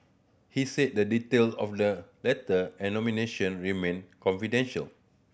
he said the detail of the letter and nomination remain confidential